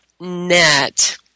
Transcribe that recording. net